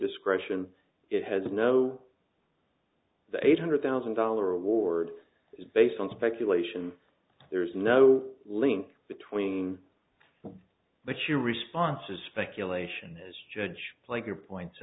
discretion it has no the eight hundred thousand dollar award is based on speculation there is no link between what your response is speculation as judge like your points